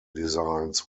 designs